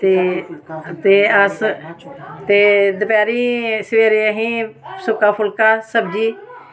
ते ते अस ते दपैह्रीं सवेरै असें सुक्का फुलका सब्जी